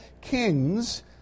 kings